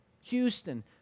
Houston